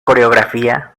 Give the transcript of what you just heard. coreografía